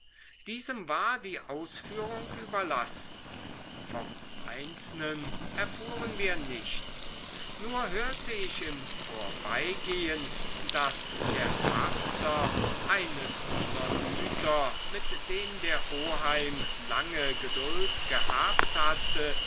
diesem war die ausführung überlassen vom einzelnen erfuhren wir nichts nur hörte ich im vorbeigehen daß der pachter eines unserer güter mit dem der oheim lange geduld gehabt hatte